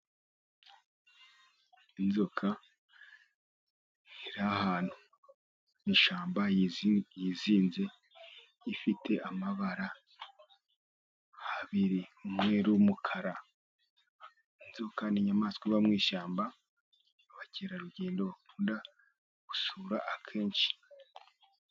Inzoka iri ahantu mu ishyamba, yizinze, ifite amabara abiri, umweru n'umukara, inzoka ni inyamaswa iba mu ishyamba, abakerarugendo bakunda gusura akenshi.